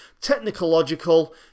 technological